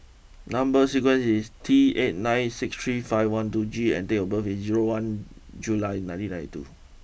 number sequence is T eight nine six three five one two G and date of birth is zero one July nineteen ninety two